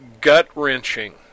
gut-wrenching